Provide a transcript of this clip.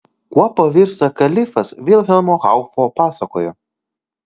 kuo pavirsta kalifas vilhelmo haufo pasakoje